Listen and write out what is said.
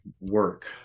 work